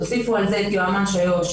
תוסיפו על זה את יועמ"ש איו"ש,